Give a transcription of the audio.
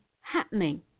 happening